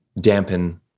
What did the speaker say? dampen